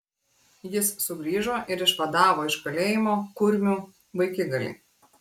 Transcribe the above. jis sugrįžo ir išvadavo iš kalėjimo kurmių vaikigalį